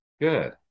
Good